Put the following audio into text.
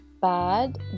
bad